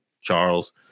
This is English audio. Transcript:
Charles